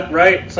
right